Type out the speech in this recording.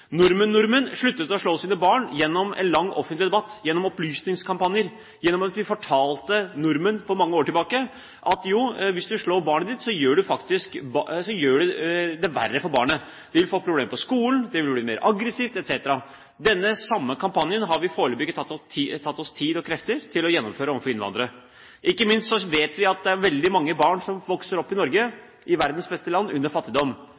å slå sine barn etter en lang offentlig debatt, etter opplysningskampanjer, etter at vi fortalte nordmenn for mange år tilbake at jo, hvis du slår barnet ditt, gjør du det verre for barnet. Det vil få problemer på skolen, det vil bli mer aggressivt etc. Den samme kampanjen har vi foreløpig ikke hatt tid og krefter til å gjennomføre overfor innvandrere. Ikke minst vet vi at det er veldig mange barn som vokser opp i Norge – i verdens beste land – under fattigdom.